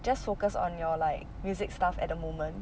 just focus on your like music stuff at the moment